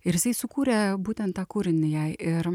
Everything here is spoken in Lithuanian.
ir jisai sukūrė būtent tą kūrinį jai ir